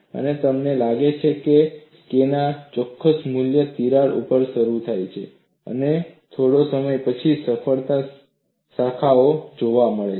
અને તમને લાગે છે કે K ના ચોક્કસ મૂલ્ય પર તિરાડ શરૂ થાય છે અને થોડા સમય પછી સફળ શાખાઓ જોવા મળે છે